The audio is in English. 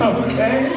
okay